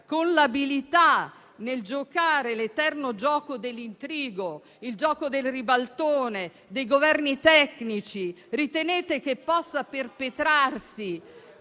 con l'abilità nel giocare l'eterno gioco dell'intrigo, il gioco del ribaltone, dei Governi tecnici? Ritenete che possa perpetrarsi